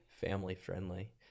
family-friendly